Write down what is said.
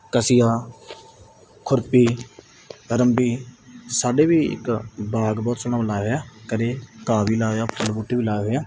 ਕਸੀਆ ਖੁਰਪੀ ਰੰਬੀ ਸਾਡੇ ਵੀ ਇੱਕ ਬਾਗ ਬਹੁਤ ਸੋਹਣਾ ਬਣਾਇਆ ਘਰ ਘਾਹ ਵੀ ਲਾਇਆ ਫੁੱਲ ਬੂਟੇ ਵੀ ਲਾਏ ਹੋਏ ਆ